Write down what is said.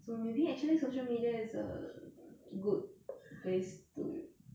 so maybe actually social media is a good place to